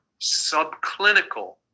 subclinical